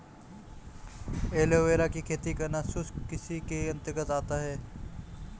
aloe vera की खेती करना शुष्क कृषि के अंतर्गत आता है